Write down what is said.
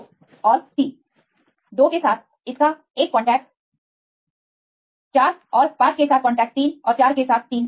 2 और 3 2 के साथ इसका एक कांटेक्ट 4 और 5 के साथ कांटेक्ट 3 और 4 सही 3 है